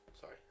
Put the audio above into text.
Sorry